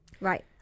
Right